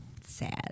sad